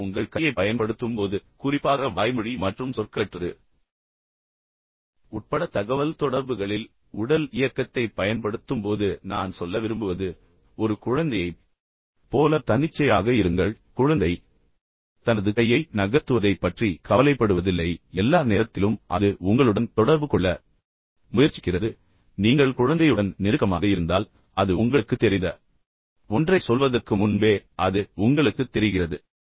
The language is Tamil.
நீங்கள் உங்கள் கையைப் பயன்படுத்தும் போது குறிப்பாக வாய்மொழி மற்றும் சொற்களற்றது உட்பட தகவல்தொடர்புகளில் உடல் இயக்கத்தைப் பயன்படுத்தும்போது நான் சொல்ல விரும்புவது ஒரு குழந்தையைப் போல தன்னிச்சையாக இருங்கள் குழந்தை தனது கையை நகர்த்துவதைப் பற்றி கவலைப்படுவதில்லை ஆனால் எல்லா நேரத்திலும் அது உங்களுடன் தொடர்பு கொள்ள முயற்சிக்கிறது மேலும் நீங்கள் குழந்தையுடன் நெருக்கமாக இருந்தால் அது உங்களுக்குத் தெரிந்த ஒன்றைச் சொல்வதற்கு முன்பே அது உங்களுக்கு தெரிகிறது